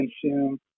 consume